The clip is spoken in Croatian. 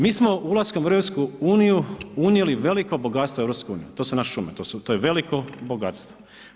Mi smo ulaskom u EU unijeli veliko bogatstvo u EU, to su naše šume, to je veliko bogatstvo.